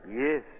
Yes